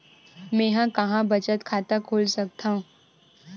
मेंहा कहां बचत खाता खोल सकथव?